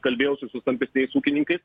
kalbėjau su su stambesniais ūkininkais